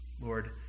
Lord